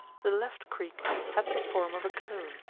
the left creek hath the form of a cone,